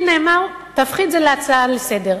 לי נאמר: תהפכי את זה להצעה לסדר-היום,